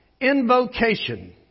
Invocation